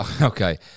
Okay